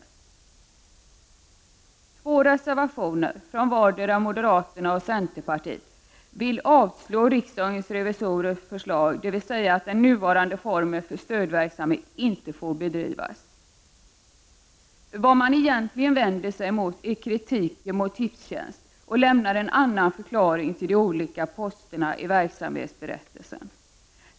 I två reservationer, från vardera moderaterna och centerpartiet, vill man avslå riksdagens revisorers förslag att den nuvarande formen för stödverksamhet inte får bedrivas. Vad man egentligen vänder sig mot är kritiken mot Tipstjänst, och man lämnar en annan förklaring till de olika posterna i verksamhetsberättelsen.